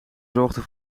zorgde